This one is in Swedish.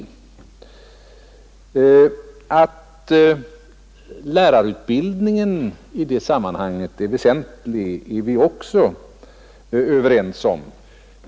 Att lärarutbildningen i detta sammanhang är väsentlig är vi också överens om.